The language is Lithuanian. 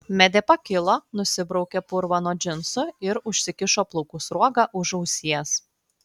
medė pakilo nusibraukė purvą nuo džinsų ir užsikišo plaukų sruogą už ausies